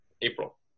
April